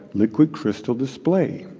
liquid crystal display.